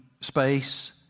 space